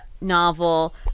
novel